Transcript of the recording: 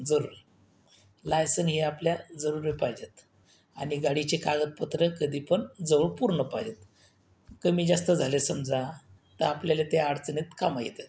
जरूर लायसन हे आपल्या जरुरी पाहिजेत आणि गाडीचे कागदपत्रं कधीपण जवळ पूर्ण पाहित कमी जास्त झाले समजा तर आपल्याला ते अडचणीत कामं येतात